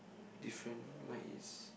different mine is